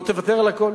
בוא תוותר על הכול.